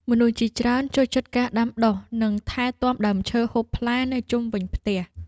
មនុស្សជាច្រើនចូលចិត្តការដាំដុះ និងថែទាំដើមឈើហូបផ្លែនៅជុំវិញផ្ទះ។